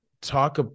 talk